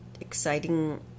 exciting